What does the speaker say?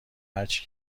هرچی